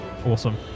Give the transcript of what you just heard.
Awesome